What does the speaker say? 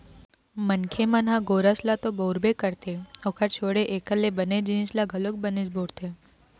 मनखे मन ह गोरस ल तो बउरबे करथे ओखर छोड़े एखर ले बने जिनिस ल घलोक बनेच बउरथे